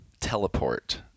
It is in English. teleport